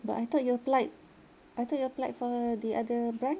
but I thought you applied I thought you applied for the other branch